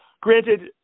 granted